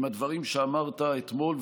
עם הדברים שאמרת אתמול,